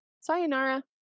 Sayonara